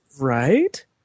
Right